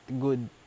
good